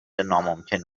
ناممکن